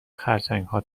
خرچنگها